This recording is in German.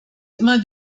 immer